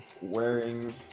Wearing